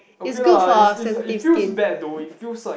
okay lah is is it feels bad though it feels like